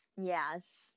Yes